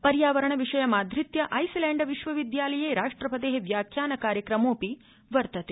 पर्यावरण विषयमाधृत्य आइसलैण्ड विश्वविद्यालये राष्ट्रपते व्याख्यान कार्यक्रमोपि वर्तते